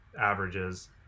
averages